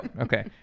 Okay